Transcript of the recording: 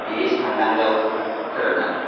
बे सानदांगायाव हेब फोराननांगौ